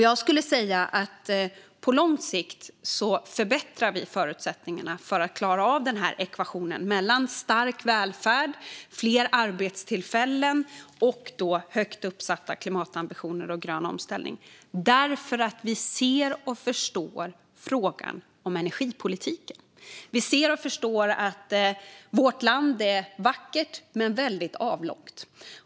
Jag skulle säga att vi på lång sikt förbättrar förutsättningarna för att klara av ekvationen som handlar om stark välfärd, fler arbetstillfällen, högt uppsatta klimatambitioner och grön omställning, för vi ser och förstår frågan om energipolitiken. Vi ser och förstår att vårt land är vackert men väldigt avlångt.